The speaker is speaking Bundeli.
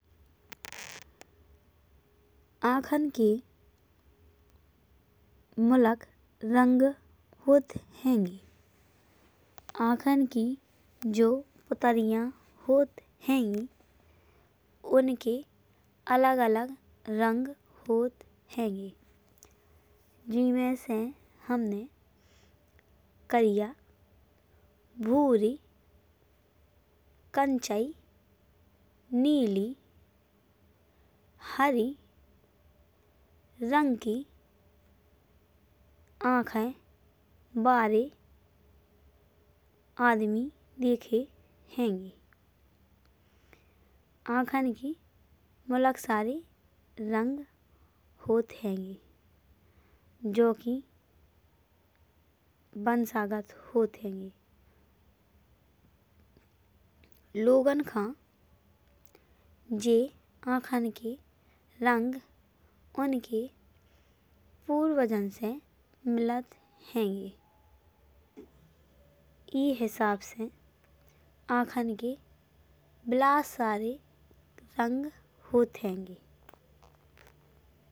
आंखन के मुलक रंग होत हैंगे। आंखन की जो पुतरियां होत हैंगी। उनके अलग अलग रंग होत हैंगे जेम्हे से हमनें करिया। भूरे, कटहई, नीली, हरी रंग की आंखें बारें आदमी देखे हैंगे। आंखन की मुलक सारी रंग होत हैंगे। जोकि वंशागत होत हैंगे। लोगन का यह आंखन के रंग उनके पूर्वजन से मिलत हैंगे। जे हिसाब से आंखन के बीलाट सारे रंग होत हैंगे।